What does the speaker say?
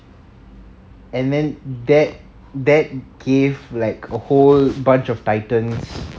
and then that that give like a whole bunch of titans